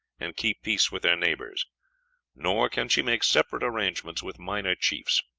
and keep peace with their neighbors nor can she make separate arrangements with minor chiefs.